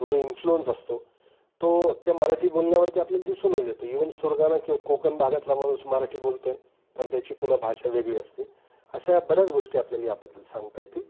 तो जो इन्फ्लुअन्स असतो तो त्या मराठी बोलण्यावरती आपल्याला दिसूनच येतो इवन सुरगाणा किंवा कोकण भागातला माणूस मराठी बोलतो आहे तर त्याची पुन्हा भाषा वेगळी असते अशा बऱ्याच गोष्टी आपल्याला याबद्दल सांगता येतील